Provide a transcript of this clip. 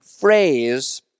phrase